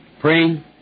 praying